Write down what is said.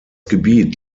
gebiet